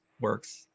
works